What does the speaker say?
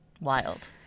Wild